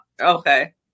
Okay